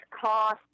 cost